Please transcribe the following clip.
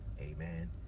Amen